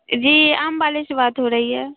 جی آم والے سے بات ہو رہی ہے